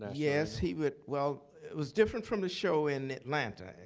ah yes, he would. well, it was different from the show in atlanta,